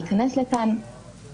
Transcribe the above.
אני אתייחס לזה גם בהקשר של מינוי